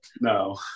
no